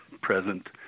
present